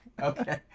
okay